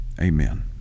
amen